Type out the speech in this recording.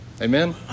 Amen